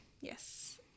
Yes